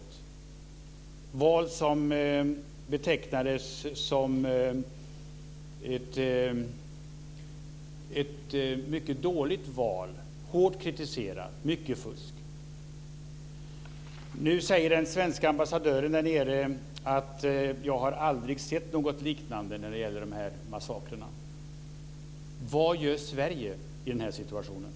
Det är val som betecknades som mycket dåliga. De var hårt kritiserade, och det förekom mycket fusk. Nu säger den svenska ambassadören där nere om massakrerna: Jag har aldrig sett något liknande.